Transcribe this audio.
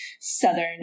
southern